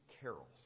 Carol